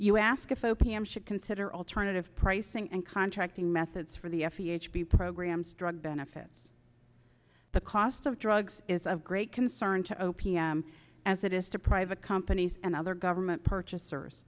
you ask if o p m should consider alternative pricing and contracting methods for the f d a to be programs drug benefits the cost of drugs is of great concern to o p m as it is to private companies and other government purchasers